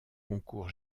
concours